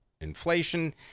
inflation